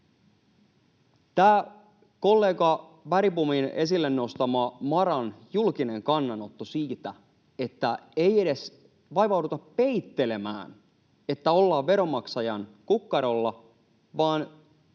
Kollega Bergbom nosti esille tämän MaRan julkisen kannanoton siitä, että ei edes vaivauduta peittelemään, että ollaan veronmaksajan kukkarolla, vaan aivan